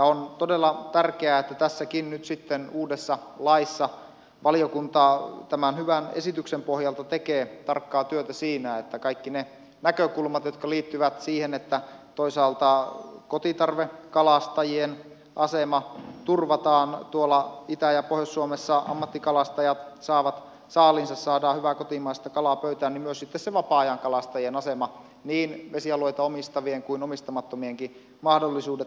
on todella tärkeää että tässäkin nyt sitten uudessa laissa valiokunta tämän hyvän esityksen pohjalta tekee tarkkaa työtä kaikissa niissä näkökulmissa jotka liittyvät siihen että toisaalta kotitarvekalastajien asema turvataan tuolla itä ja pohjois suomessa ammattikalastajat saavat saaliinsa saadaan hyvää kotimaista kalaa pöytään ja sitten myös se vapaa ajankalastajien asema niin vesialueita omistavien kuin omistamattomienkin mahdollisuudet tulee turvatuksi